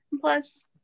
Plus